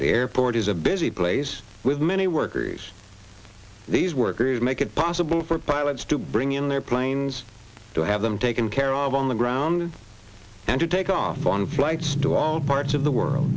the air board is a busy place with many workers these workers make it possible for pilots to bring in their planes to have them taken care of on the ground and to take off on flights to all parts of the world